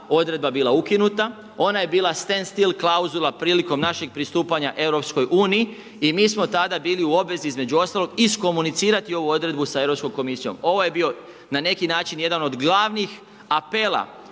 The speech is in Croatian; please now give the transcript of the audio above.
odredba bila ukinuta. Ona je bila stand still klauzula prilikom našeg pristupanja EU i mi smo tada bili u obvezi, između ostalog iskomunicirati ovu odredbu sa EK. Ovo je bi, na neki način jedan od glavnih apela